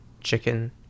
chicken